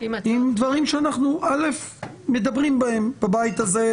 עם דברים שאנחנו מדברים בהם בבית הזה,